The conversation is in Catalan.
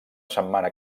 setmana